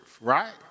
right